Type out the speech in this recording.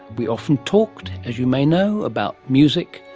we often talked, as you may know, about music,